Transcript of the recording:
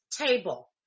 table